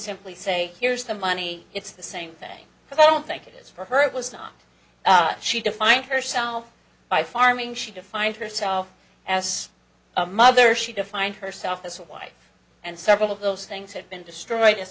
simply say here's the money it's the same thing i don't think it is for her it was not she defined herself by farming she defined herself as a mother she defined herself as a wife and several of those things had been destroyed as